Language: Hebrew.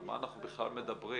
על מה אנחנו בכלל מדברים,